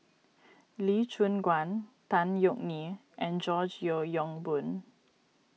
Lee Choon Guan Tan Yeok Nee and George Yeo Yong Boon